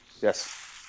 Yes